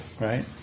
right